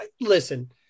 listen